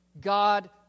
God